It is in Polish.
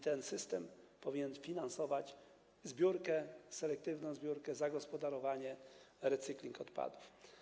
Ten system powinien finansować zbiórkę, selektywną zbiórkę, zagospodarowanie, recykling odpadów.